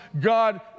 God